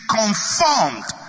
conformed